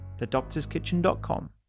thedoctorskitchen.com